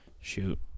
Shoot